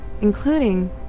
including